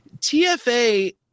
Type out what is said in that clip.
TFA